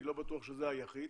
אני לא בטוח שזה היחיד.